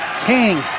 King